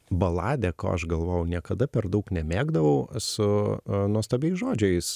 baladė ko aš galvojau niekada per daug nemėgdavau su nuostabiais žodžiais